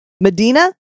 Medina